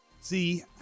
See